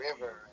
River